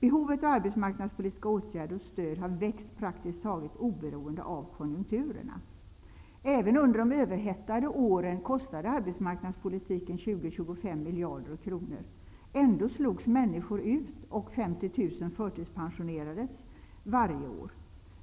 Behovet av arbetsmarknadspolitiska åtgärder och stöd har växt praktiskt taget oberoende av konjunkturerna. Även under de överhettade åren kostade arbetsmarknadspolitiken 20--25 miljarder kronor. Ändå slogs människor ut, och 50 000 förtidspensionerades varje år.